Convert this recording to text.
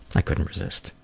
i couldn't resist.